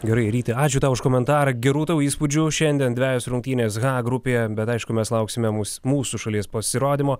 gerai ryti ačiū tau už komentarą gerų tau įspūdžių šiandien dvejos rungtynės h grupėje bet aišku mes lauksime mus mūsų šalies pasirodymo